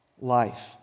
life